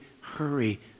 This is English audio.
hurry